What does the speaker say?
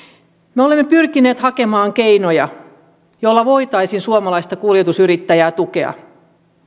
me olemme pyrkineet hakemaan keinoja joilla voitaisiin suomalaista kuljetusyrittäjää tukea